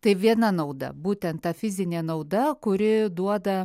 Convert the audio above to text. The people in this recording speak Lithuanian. tai viena nauda būtent ta fizinė nauda kuri duoda